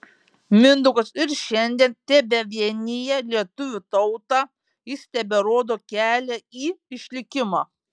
mindaugas ir šiandien tebevienija lietuvių tautą jis teberodo kelią į išlikimą